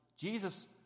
Jesus